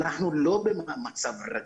אנחנו לא במצב רגיל,